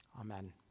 Amen